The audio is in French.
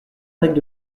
règles